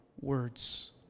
words